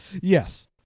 yes